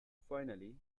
finally